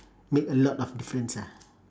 make a lot of difference ah